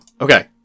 okay